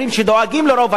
אדוני היושב-ראש,